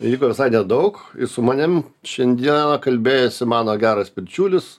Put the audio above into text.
liko visai nedaug su manim šiandieną kalbėjosi mano geras bičiulis